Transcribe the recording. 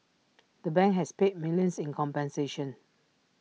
the bank has paid millions in compensation